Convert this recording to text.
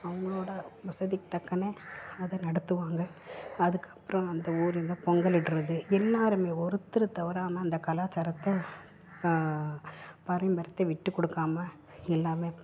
அவங்களோட வசதிக்கு தக்கனே அத நடத்துவாங்க அதுக்கப்புறம் அந்த ஊரில் பொங்கலிடுறது எல்லோருமே ஒருத்தர் தவறாமல் அந்த கலாச்சாரத்தை பாரம்பரியத்தை விட்டுக் கொடுக்காம எல்லாம்